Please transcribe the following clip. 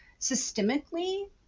systemically